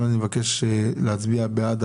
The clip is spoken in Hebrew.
היית אתמול בוועדת